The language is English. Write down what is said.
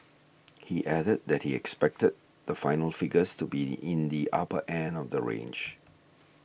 he added that he expected the final figures to be the in the upper end of that range